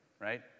right